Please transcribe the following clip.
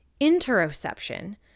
interoception